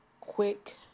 quick